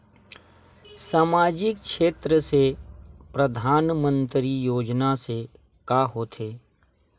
सामजिक क्षेत्र से परधानमंतरी योजना से का होथे?